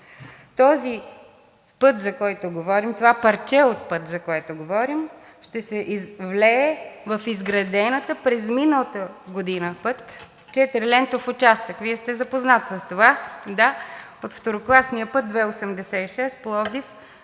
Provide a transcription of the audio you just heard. Този път, за който говорим, това парче от път, за което говорим, ще се влее в изградения през миналата година път – четирилентов участък, Вие сте запознат с това, от второкласния път II-86 – Пловдив